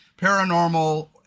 paranormal